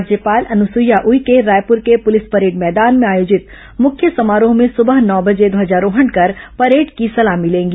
राज्यपाल अनुसुईया उइके रायपुर के police parade मैदान में आयोजित मुख्य समारोह में सुबह नौ बजे ध्वजारोहण कर परेड की सलामी लेंगी